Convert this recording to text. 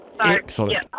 Excellent